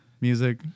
music